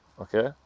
Okay